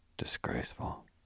Disgraceful